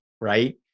right